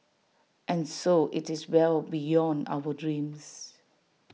and so IT is well beyond our dreams